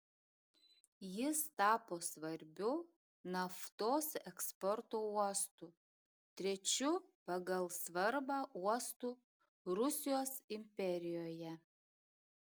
jis tapo svarbiu naftos eksporto uostu trečiu pagal svarbą uostu rusijos imperijoje